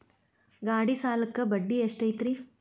ಗಾಡಿ ಸಾಲಕ್ಕ ಬಡ್ಡಿ ಎಷ್ಟೈತ್ರಿ?